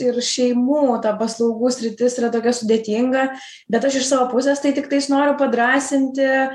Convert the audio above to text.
ir šeimų ta paslaugų sritis yra tokia sudėtinga bet aš iš savo pusės tai tiktais noriu padrąsinti